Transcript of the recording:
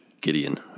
Gideon